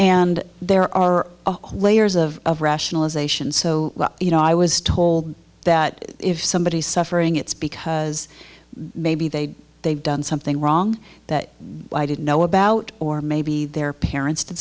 and there are layers of of rationalization so you know i was told that if somebody's suffering it's because maybe they they've done something wrong that i didn't know about or maybe their parents did